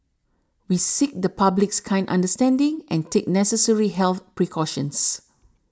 we seek the public's kind understanding and take necessary health precautions